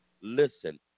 Listen